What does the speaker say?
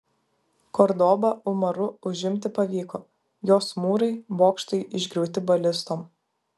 kordobą umaru užimti pavyko jos mūrai bokštai išgriauti balistom